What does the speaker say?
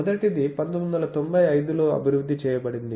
మొదటిది 1995 లో అభివృద్ధి చేయబడింది